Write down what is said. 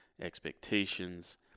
expectations